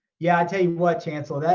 yeah, i tell you what chancellor, yeah